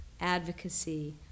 advocacy